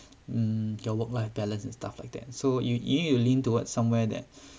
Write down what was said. hmm your work life balance and stuff like that so you you need to lean toward somewhere that